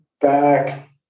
back